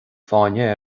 fáinne